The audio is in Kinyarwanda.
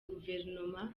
guverinoma